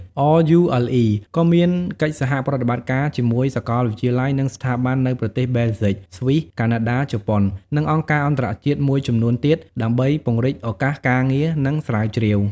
RULE ក៏មានកិច្ចសហប្រតិបត្តិការជាមួយសាកលវិទ្យាល័យ និងស្ថាប័ននៅប្រទេសបែលហ្ស៊ិក ស្វីស កាណាដា ជប៉ុន និងអង្គការអន្តរជាតិមួយចំនួនទៀត ដើម្បីពង្រីកឱកាសសិក្សា និងស្រាវជ្រាវ។